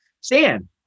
stand